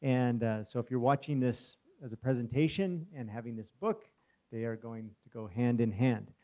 and so if you are watching this as a presentation and having this book they are going to go hand in hand.